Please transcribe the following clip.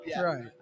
Right